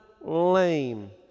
lame